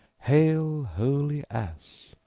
hail, holy ass!